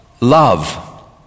love